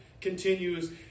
continues